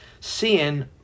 seeing